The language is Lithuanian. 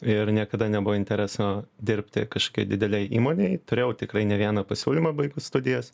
ir niekada nebuvo intereso dirbti kažkokioj didelėj įmonėj turėjau tikrai ne vieną pasiūlymą baigus studijas